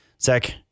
Zach